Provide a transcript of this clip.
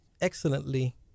excellently